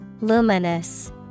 Luminous